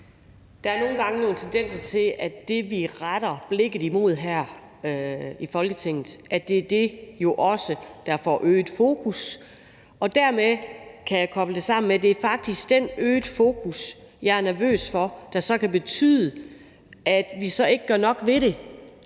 Der er nogle gange nogle tendenser til, at det, vi retter blikket imod her i Folketinget, jo også er det, der får øget fokus. For at koble det sammen kan jeg sige, at det dermed faktisk er den øgede fokus, jeg er nervøs for, for den kan så betyde, at vi ikke gør nok ved det